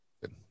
Good